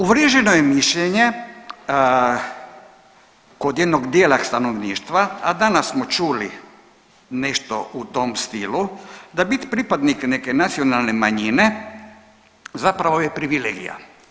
Uvriježeno je mišljenje kod jednog dijela stanovništva, a danas smo čuli nešto u tom stilu da bit pripadnik neke nacionalne manjine zapravo je privilegija.